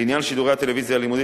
לעניין שידורי הטלוויזיה הלימודית,